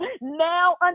Now